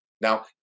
Now